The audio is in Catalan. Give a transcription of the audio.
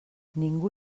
ningú